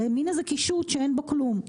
זה מין איזה קישוט שאין בו כלום.